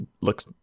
looks